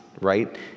right